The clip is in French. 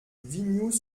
vignoux